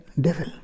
devil